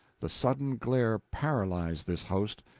the sudden glare paralyzed this host,